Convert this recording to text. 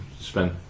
spend